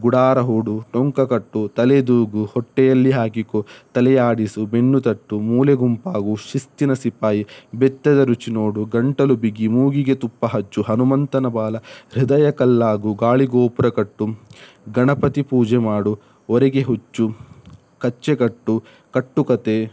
ಗುಡಾರ ಹೂಡು ಟೊಂಕಕಟ್ಟು ತಲೆದೂಗು ಹೊಟ್ಟೆಯಲ್ಲಿ ಹಾಕಿಕೋ ತಲೆಯಾಡಿಸು ಬೆನ್ನು ತಟ್ಟು ಮೂಲೆ ಗುಂಪಾಗು ಶಿಸ್ತಿನ ಸಿಪಾಯಿ ಬೆತ್ತದ ರುಚಿ ನೋಡು ಗಂಟಲು ಬಿಗಿ ಮೂಗಿಗೆ ತುಪ್ಪ ಹಚ್ಚು ಹನುಮಂತನ ಬಾಲ ಹೃದಯ ಕಲ್ಲಾಗು ಗಾಳಿ ಗೋಪುರ ಕಟ್ಟು ಗಣಪತಿ ಪೂಜೆ ಮಾಡು ಒರೆಗೆ ಹಚ್ಚು ಕಚ್ಚೆಕಟ್ಟು ಕಟ್ಟುಕಥೆ